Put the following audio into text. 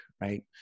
right